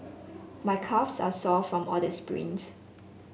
my calves are sore from all the sprints